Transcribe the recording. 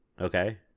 Okay